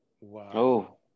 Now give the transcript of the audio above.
Wow